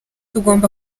tugomba